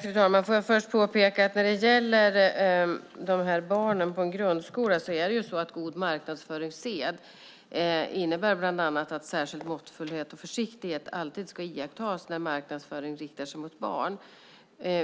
Fru talman! Jag vill först påpeka att när det gäller dessa barn i en grundskola innebär god marknadsföringssed bland annat att särskild måttfullhet och försiktighet alltid ska iakttas när marknadsföring riktas till barn,